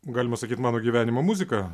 galima sakyt mano gyvenimo muzika